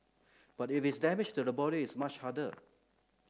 but if it's damage to the body it's much harder